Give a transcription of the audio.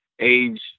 age